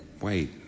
wait